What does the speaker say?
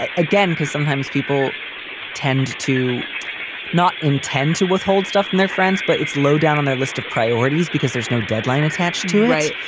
ah again, because sometimes people tend to not intend to withhold stuff from their friends, but it's low down on their list of priorities because there's no deadline attached to it. right.